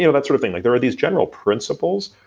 yeah that sort of thing. like there are these general principles,